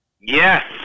Yes